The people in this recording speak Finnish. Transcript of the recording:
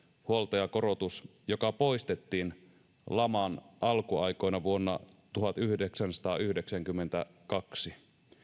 huoltajakorotus joka poistettiin laman alkuaikoina vuonna tuhatyhdeksänsataayhdeksänkymmentäkaksi